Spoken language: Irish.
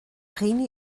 dhaoine